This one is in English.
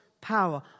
power